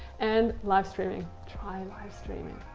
and live streaming. try live streaming.